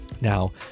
Now